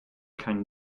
keine